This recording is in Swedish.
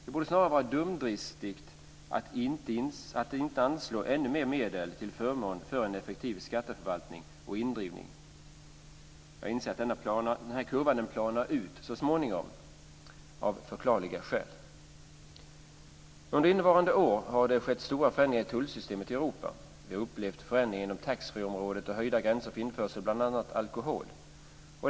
Det torde snarast vara dumdristigt att inte anslå ännu mer medel till förmån för en effektiv skatteförvaltning och indrivning. Jag inser att denna kurva så småningom planar ut, av förklarliga skäl. Under innevarande år har det skett stora förändringar i tullsystemet i Europa. Vi har upplevt förändringarna inom taxfreeområdet och höjda gränser för införsel av bl.a. alkohol.